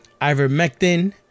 ivermectin